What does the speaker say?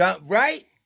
Right